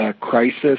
crisis